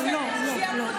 לא, לא,